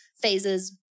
phases